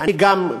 אני גם,